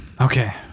Okay